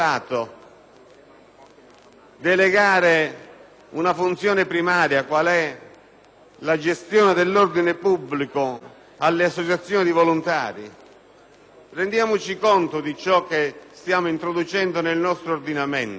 delegare una funzione primaria, quale è la gestione dell'ordine pubblico, alle associazione volontarie. Rendiamoci conto di ciò che stiamo introducendo nel nostro ordinamento.